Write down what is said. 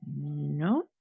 no